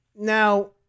Now